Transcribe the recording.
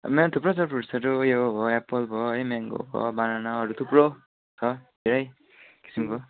मेरोमा थुप्रो छ फ्रुट्सहरू ऊ यो भयो एप्पल भयो है म्याङ्गो भयो बानाना अरू थुप्रो छ धेरै किसिमको